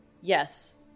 yes